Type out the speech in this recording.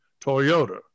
Toyota